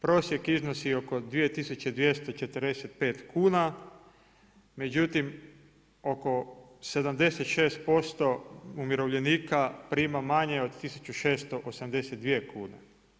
Prosjek iznosi oko 2245 kuna međutim oko 76% umirovljenika prima manje od 1682 kune.